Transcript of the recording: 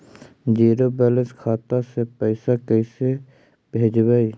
Zero balance खाता से पैसा कैसे भेजबइ?